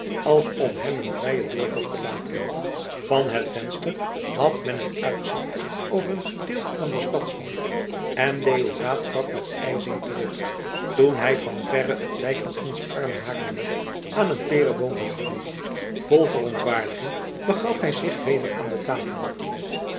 als om hem een vrijen doortocht te laten van het venster had men het uitzicht over een gedeelte van den stadswal en deodaat trad met ijzing terug toen hij van verre het lijk van onzen armen haarlemmer aan een pereboom zag hangen vol verontwaardiging begaf hij zich weder naar de tafel